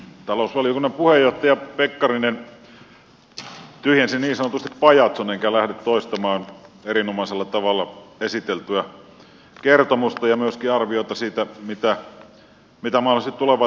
talousvaliokunnan puheenjohtaja pekkarinen niin sanotusti tyhjensi pajatson enkä lähde toistamaan erinomaisella tavalla esiteltyä kertomusta ja myöskin arviota siitä mitä mahdollisesti tulevaisuudessa tapahtuu